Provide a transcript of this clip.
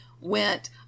went